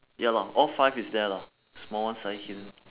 ya lah all five is there lah small ones slightly hidden